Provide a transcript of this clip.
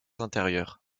intérieures